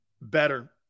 better